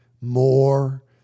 more